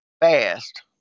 fast